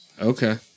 Okay